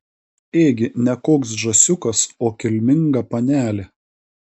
ėgi ne koks žąsiukas o kilminga panelė